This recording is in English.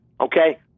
Okay